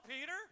Peter